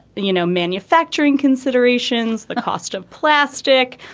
you know, manufacturing considerations, the cost of plastic.